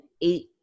eight